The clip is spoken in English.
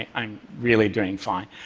ah i'm really doing fine.